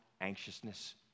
anxiousness